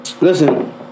Listen